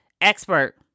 Expert